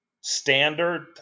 standard